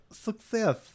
success